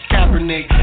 Kaepernick